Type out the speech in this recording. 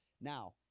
now